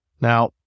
Now